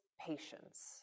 patience